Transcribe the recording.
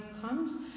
comes